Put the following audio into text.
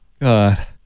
God